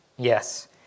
Yes